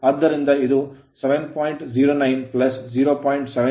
ಆದ್ದರಿಂದ ಇಲ್ಲಿ ಇದು 7